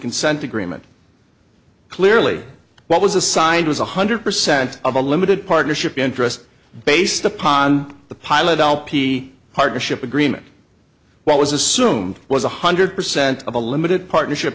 consent agreement clearly what was assigned was one hundred percent of a limited partnership interest based upon the pilot lp partnership agreement what was assumed was one hundred percent of a limited partnership